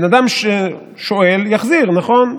בן אדם ששואל, יחזיר, נכון?